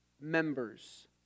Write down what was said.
members